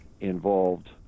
involved